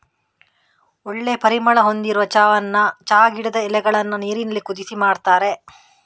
ಒಳ್ಳೆ ಪರಿಮಳ ಹೊಂದಿರುವ ಚಾವನ್ನ ಚಾ ಗಿಡದ ಎಲೆಗಳನ್ನ ನೀರಿನಲ್ಲಿ ಕುದಿಸಿ ಮಾಡ್ತಾರೆ